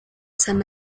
san